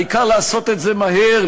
העיקר לעשות את זה מהר,